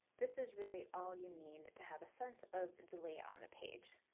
this is really all you need to have a sense of the layout on the page.